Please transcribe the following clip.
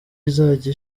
izajya